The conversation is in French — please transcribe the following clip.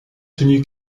tenu